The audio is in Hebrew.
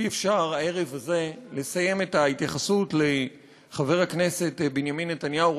אי אפשר הערב הזה לסיים את ההתייחסות לחבר הכנסת בנימין נתניהו,